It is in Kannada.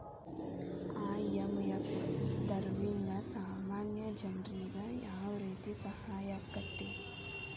ಐ.ಎಂ.ಎಫ್ ದವ್ರಿಂದಾ ಸಾಮಾನ್ಯ ಜನ್ರಿಗೆ ಯಾವ್ರೇತಿ ಸಹಾಯಾಕ್ಕತಿ?